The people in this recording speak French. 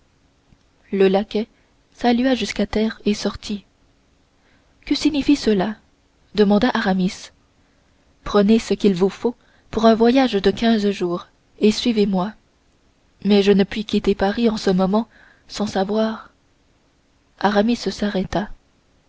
le laquais salua jusqu'à terre et sortit que signifie cela demanda aramis prenez ce qu'il vous faut pour un voyage de quinze jours et suivez-moi mais je ne puis quitter paris en ce moment sans savoir aramis s'arrêta